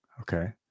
Okay